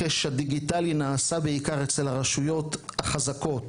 הדיגיטלי נעשה בעיקר אצל הרשויות החזקות